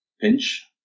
pinch